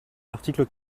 l’article